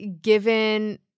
given